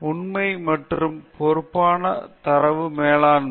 உண்மை மற்றும் பொறுப்பான தரவு மேலாண்மை